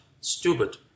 stupid